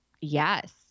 yes